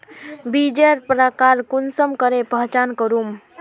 बीजेर प्रकार कुंसम करे पहचान करूम?